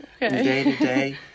day-to-day